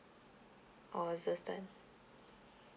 or is it ten